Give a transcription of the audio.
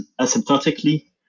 asymptotically